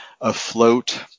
afloat